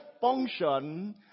function